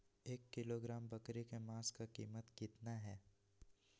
एक किलोग्राम बकरी के मांस का कीमत कितना है?